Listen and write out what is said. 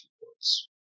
reports